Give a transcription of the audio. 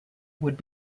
would